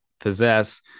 possess